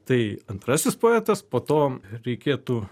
tai antrasis poetas po to reikėtų